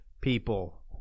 people